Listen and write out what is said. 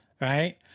right